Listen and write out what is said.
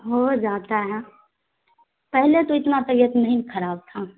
ہو جاتا ہے پہلے تو اتنا طبیعت نہیں خراب تھا